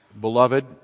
beloved